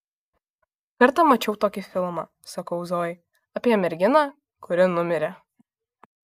kartą mačiau tokį filmą sakau zojai apie merginą kuri numirė